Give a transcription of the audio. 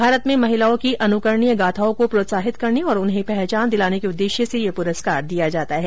भारत में महिलाओं की अनुकरणीय गाथाओं को प्रोत्साहित करने और उन्हें पहचान दिलाने के उद्देश्य से यह प्रस्कार प्रदान किया जाता है